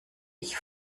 ich